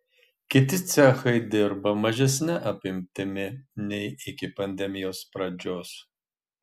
kiti cechai dirba mažesne apimtimi nei iki pandemijos pradžios